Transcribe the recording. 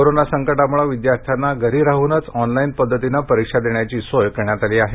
corona संकटामुळे विद्यार्थ्यांना घरी राहूनच ऑनलाइन पद्धतीने परीक्षा देण्याची सोय करण्यात आली आहे